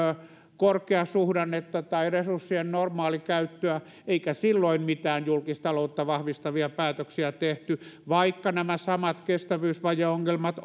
korkeasuhdannetta tai resurssien normaalikäyttöä eikä silloin mitään julkistaloutta vahvistavia päätöksiä tehty vaikka nämä samat kestävyysvajeongelmat